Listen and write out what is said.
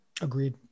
Agreed